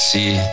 See